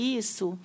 isso